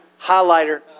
Highlighter